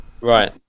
right